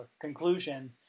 conclusion